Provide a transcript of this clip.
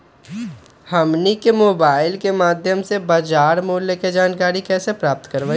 हमनी के मोबाइल के माध्यम से बाजार मूल्य के जानकारी कैसे प्राप्त करवाई?